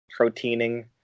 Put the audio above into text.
proteining